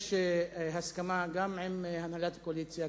יש הסכמה גם עם הנהלת הקואליציה,